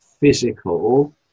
physical